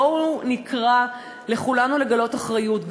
בואו נקרא לכולנו לגלות אחריות,